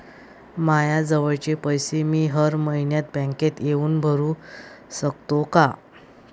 मायाजवळचे पैसे मी हर मइन्यात बँकेत येऊन भरू सकतो का?